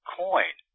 coin